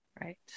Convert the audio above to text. Right